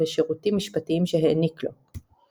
ושירותים משפטיים שהעניק לו.